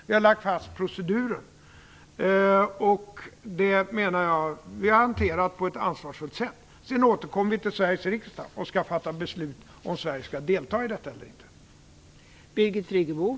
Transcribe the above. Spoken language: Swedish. Vi har lagt fast procedurer. Jag menar att vi har hanterat frågan på ett ansvarsfullt sätt. Sedan återkommer vi till Sveriges riksdag, som skall fatta beslut om Sverige skall delta eller inte.